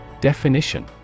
Definition